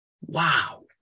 Wow